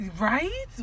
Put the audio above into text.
Right